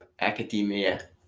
academia